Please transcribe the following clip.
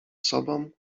sobą